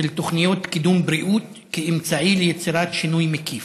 תוכניות לקידום בריאות כאמצעי ליצירת שינוי מקיף.